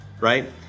right